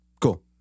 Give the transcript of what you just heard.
Cool